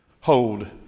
hold